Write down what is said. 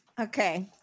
okay